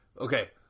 Okay